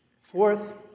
Fourth